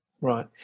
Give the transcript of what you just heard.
Right